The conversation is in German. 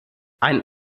ein